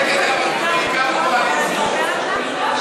את צודקת, אבל זה בעיקר הקואליציה.